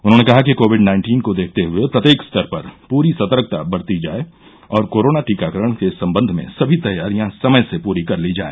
उन्होंने कहा कि कोविड नाइन्टीन को देखते हुये प्रत्येक स्तर पर पूरी सतर्कता बरती जाय और कोरोना टीकाकरण के सम्बन्ध में सभी तैयारियां समय से पूरी कर ली जाए